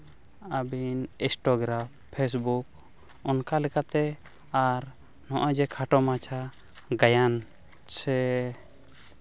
ᱟᱹᱵᱤᱱ Instagram Facebook ᱚᱱᱠᱟ ᱞᱮᱠᱟᱛᱮ ᱟᱨ ᱱᱚᱜᱼᱚᱸᱭ ᱡᱮ ᱠᱷᱟᱴᱚ ᱢᱟᱪᱷᱟ ᱜᱟᱭᱟᱱ ᱥᱮ